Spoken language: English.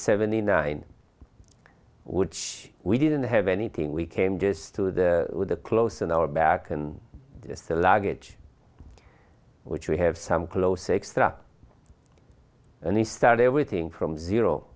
seventy nine which we didn't have anything we came just to the with the close in our back and said luggage which we have some close extra and the start everything from zero